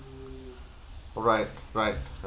right right